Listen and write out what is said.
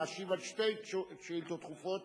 להשיב על שתי שאילתות דחופות,